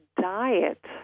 diet